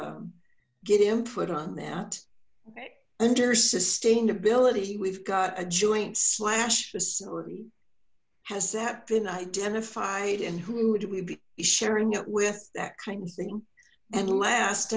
get input on that under sustainability we've got a joint slash facility has that been identified and who would we be sharing it with that kind of thing and last